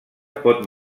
pot